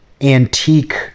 antique